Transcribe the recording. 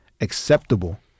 acceptable